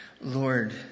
Lord